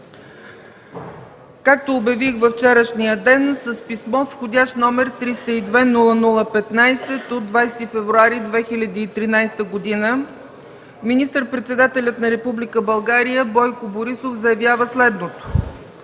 Както обявих във вчерашния ден, с писмо, вх. № 302-00-15 от 20 февруари 2013 г., министър-председателят на Република България Бойко Борисов заявява следното: